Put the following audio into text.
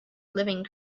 living